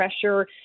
pressure